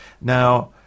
Now